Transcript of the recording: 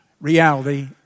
reality